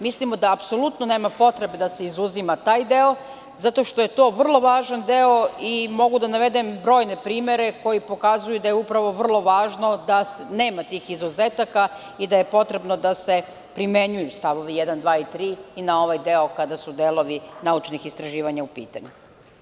Mislimo da apsolutno nema potrebe da se izuzima taj deo, zato što je to vrlo važan deo i mogu da navedem brojne primere koji pokazuju da je upravo vrlo važno da nema tih izuzetaka i da je potrebno da se primenjuju stavovi 1, 2. i 3. na ovaj deo, kada su delovi naučnih istraživanja u pitanju.